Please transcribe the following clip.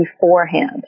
beforehand